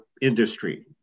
industry